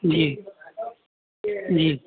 جی جی